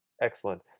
excellent